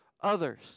others